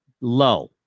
low